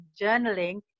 journaling